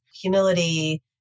Humility